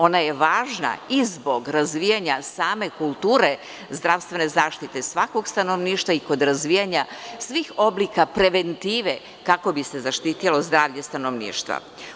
Ona je važna i zbog razvijanja same kulture zdravstvene zaštite svakog stanovništva i kod razvijanja svih oblika preventive kako bi se zaštitilo zdravlje stanovništva.